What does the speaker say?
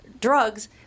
drugs